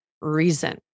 reason